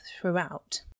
throughout